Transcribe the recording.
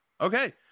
Okay